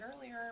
earlier